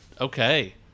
Okay